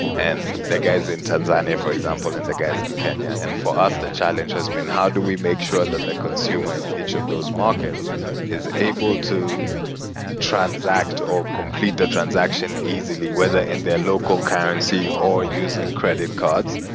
and guys in tanzania, for example, and the guys in kenya, and for us, the challenge has been how do we make sure that the consumer in each of those markets is able to transact or complete the transaction easily, whether in their local currency, or using credit cards,